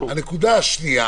הנקודה השנייה